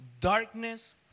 darkness